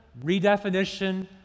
redefinition